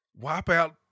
Wipeout